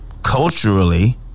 culturally